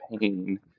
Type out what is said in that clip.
pain